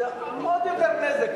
זה עוד יותר נזק,